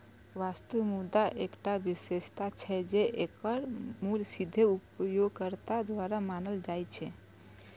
वस्तु मुद्राक एकटा विशेषता छै, जे एकर मूल्य सीधे उपयोगकर्ता द्वारा मानल जाइ छै